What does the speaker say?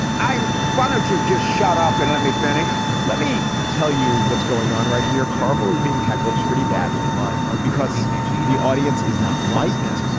i. why don't you just shut up and let me finish let me tell you what's going on right here carville is being heckled pretty badly because the audience is not miked.